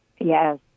Yes